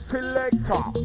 Selector